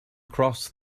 cross